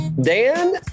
Dan